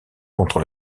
contre